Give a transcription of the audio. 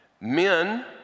men